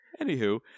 Anywho